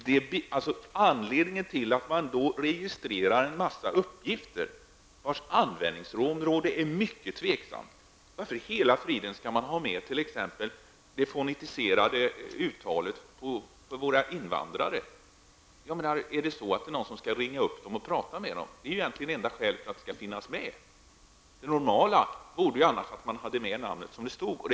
Fru talman! Vad är anledningen till att registrera en hel del uppgifter vars användningsområden är mycket tvivelaktiga? Varför skall t.ex. den fonetiserade skrivningen av namnen på våra invandrare finnas med? Skall någon ringa upp dem och prata med dem? Det är egentligen enda skälet till att detta skulle få finnas med. Det normala skulle annars vara att namnen är med såsom de stavas.